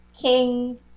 King